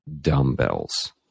Dumbbells